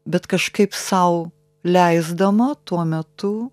bet kažkaip sau leisdama tuo metu